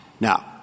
Now